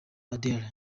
adele